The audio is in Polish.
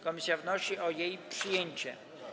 Komisja wnosi o jej przyjęcie.